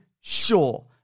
sure